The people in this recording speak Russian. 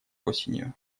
осенью